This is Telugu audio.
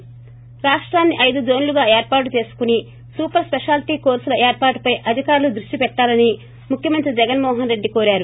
ి రాష్ట్రాన్ని ఐదు జోన్లుగా ఏర్పాటు చేసుకుని సూపర్ స్పెషాలీటీ కోర్సుల ఏర్పాటుపై అధికారులు దృష్టిపెట్టాలని ముఖ్యమంత్రి జగస్ మోహస్ రెడ్డి కోరారు